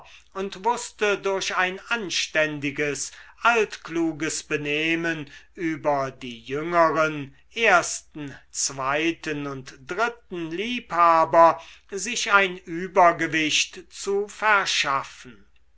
und wußte durch ein anständiges altkluges benehmen über die jüngeren ersten zweiten und dritten liebhaber sich ein übergewicht zu verschaffen